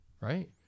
right